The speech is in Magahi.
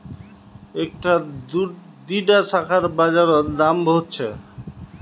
इकट्ठा दीडा शाखार बाजार रोत दाम बहुत छे